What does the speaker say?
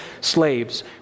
slaves